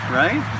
right